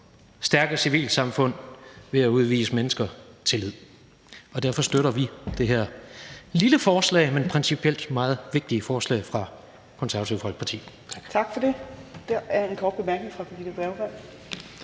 stærke civilsamfund ved at udvise mennesker tillid. Derfor støtter vi det her lille, men principielt meget vigtige forslag fra Det Konservative Folkeparti.